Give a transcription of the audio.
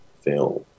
film